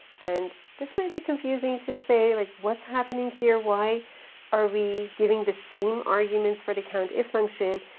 and this might be confusing to say like what's happening here? why are we giving the same arguments for the countif function?